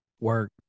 Work